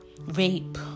rape